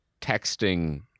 texting